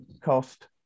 cost